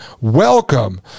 welcome